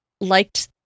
liked